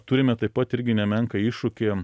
turime taip pat irgi nemenką iššūkį